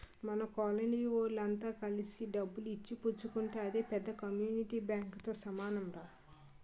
మన కోలనీ వోళ్ళె అంత కలిసి డబ్బులు ఇచ్చి పుచ్చుకుంటే అదే పెద్ద కమ్యూనిటీ బాంకుతో సమానంరా